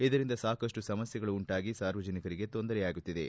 ಇದರಿಂದ ಸಾಕಷ್ಟು ಸಮಸ್ಥೆಗಳು ಉಂಟಾಗಿ ಸಾರ್ವಜನಿಕರಿಗೆ ತೊಂದರೆಯಾಗುತ್ತಿದೆ